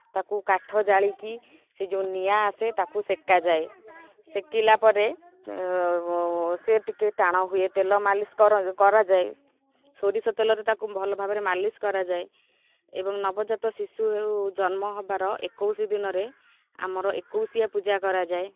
ତାକୁ କାଠ ଜାଳିକି ସେ ଯେଉଁ ନିଆଁ ଆସେ ତାକୁ ସେକାଯାଏ ସେକିଲା ପରେ ସେ ଟିକିଏ ଟାଣ ହୁଏ ତେଲ ମାଲିସ କରାଯାଏ ସୋରିଷ ତେଲରେ ତାକୁ ଭଲ ଭାବରେ ମାଲିସ୍ କରାଯାଏ ଏବଂ ନବଜାତ ଶିଶୁ ହେଉ ଜନ୍ମ ହେବାର ଏକୋଇଶ ଦିନରେ ଆମର ଏକୋଇଶିଆ ପୂଜା କରାଯାଏ